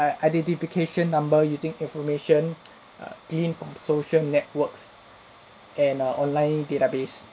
a identification number using information err gleaned from social networks and err online database